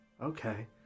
okay